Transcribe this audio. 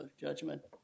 judgment